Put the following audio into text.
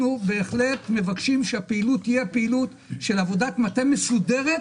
אנחנו מבקשים שהפעילות תהיה פעילות של עבודת מטה מסודרת,